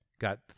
got